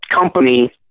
company